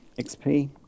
XP